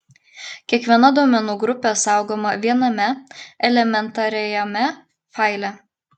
kiekviena duomenų grupė saugoma viename elementariajame faile